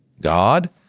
God